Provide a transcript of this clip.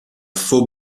faux